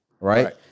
right